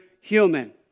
human